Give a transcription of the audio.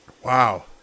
Wow